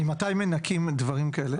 ממתי מנכים דברים כאלה?